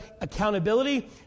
accountability